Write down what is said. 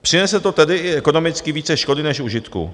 Přinese to tedy i ekonomicky více škody než užitku.